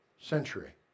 century